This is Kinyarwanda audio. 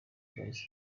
bwahise